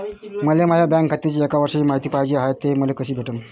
मले माया बँक खात्याची एक वर्षाची मायती पाहिजे हाय, ते मले कसी भेटनं?